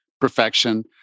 perfection